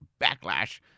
backlash